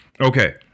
Okay